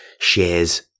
shares